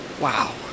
Wow